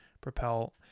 propel